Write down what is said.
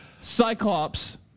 Cyclops